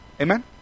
Amen